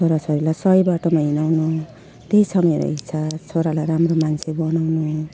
छोरा छोरीलाई सही बाटोमा हिँडाउनु त्यही छ मेरो इच्छा छोरालाई राम्रो मान्छे बनाउनु